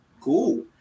cool